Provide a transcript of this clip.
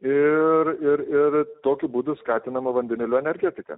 ir ir ir tokiu būdu skatinama vandenilio energetika